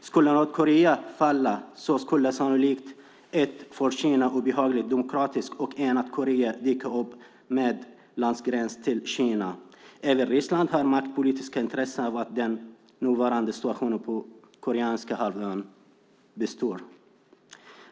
Skulle Nordkorea falla skulle sannolikt ett för Kina obehagligt demokratiskt och enat Korea dyka upp med landgräns till Kina. Även Ryssland har maktpolitiska intressen av att den nuvarande situationen på den koreanska halvön består.